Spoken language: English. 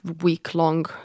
week-long